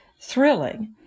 thrilling